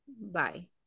Bye